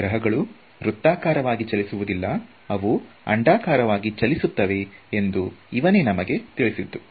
ಗ್ರಹಗಳು ವೃತ್ತಾಕಾರವಾಗಿ ಚಲಿಸುವುದಿಲ್ಲ ಅವು ಅಂಡಾಕಾರವಾಗಿ ಚಲಿಸುತ್ತವೆ ಎಂದು ಇವನೇ ನಮಗೆ ತಿಳಿಸಿದ್ದು